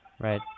Right